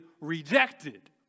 rejected